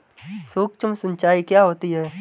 सुक्ष्म सिंचाई क्या होती है?